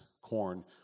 corn